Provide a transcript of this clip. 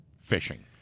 fishing